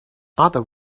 other